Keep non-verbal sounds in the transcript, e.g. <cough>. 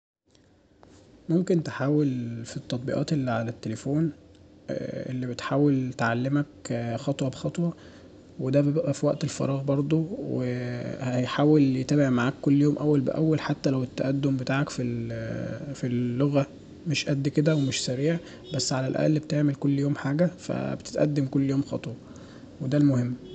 ممكن تحاول في التطبيقات اللي على التليفون اللي بتحاول تعلمك خطوة بخطوة ودا بيبقى في وقت الفراغ برضو وهيحاول يتابع معاك كل يوم أول بأول حتى لو التقدم بتاعك في اللغة <hesitation> مش قد كدا ومش سريع بس على الأقل بتعمل كل يوم حاجة فبتتقدم كل يوم خطوة ودا المهم